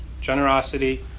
Generosity